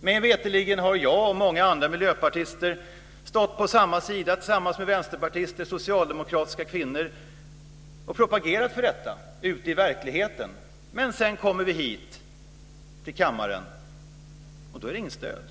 Mig veterligen har jag och många andra miljöpartister stått på samma sida tillsammans med vänsterpartister och socialdemokratiska kvinnor och propagerat för detta ute i verkligheten. Sedan kommer vi hit till kammaren, och då är det inget stöd.